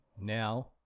Now